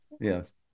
Yes